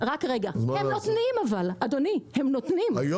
הם נותנים היום.